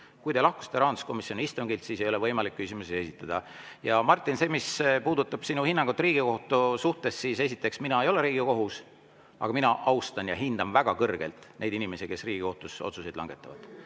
Kui te lahkusite rahanduskomisjoni istungilt, siis ei olnud teil võimalik küsimusi esitada. Ja Martin, see, mis puudutab sinu hinnangut Riigikohtu suhtes, siis esiteks, mina ei ole Riigikohus, aga mina austan ja hindan väga kõrgelt neid inimesi, kes Riigikohtus otsuseid langetavad.